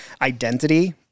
identity